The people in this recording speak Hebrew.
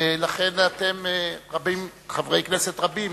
ולכן אתם חברי כנסת רבים.